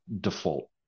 default